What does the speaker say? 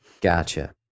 gotcha